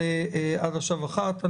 עד עכשיו אחת.